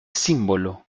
símbolo